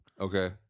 okay